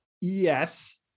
Yes